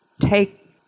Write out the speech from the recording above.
take